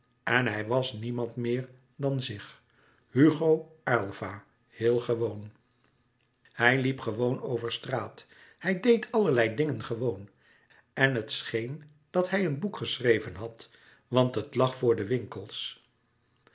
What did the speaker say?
en hij was niemand meer dan zich hugo aylva heel gewoon hij liep gewoon over straat hij deed allerlei dingen gewoon en het scheen dat hij een boek geschreven had want het lag voor de winkels